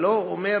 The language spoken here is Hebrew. זה לא אומר